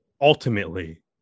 ultimately